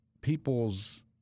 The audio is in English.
people's